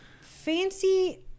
fancy